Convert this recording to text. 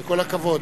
כל הכבוד.